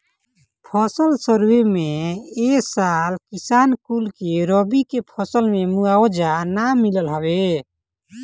फसल सर्वे में ए साल किसान कुल के रबी के फसल के मुआवजा ना मिलल हवे